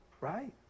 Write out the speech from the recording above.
right